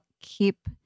keep